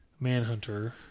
Manhunter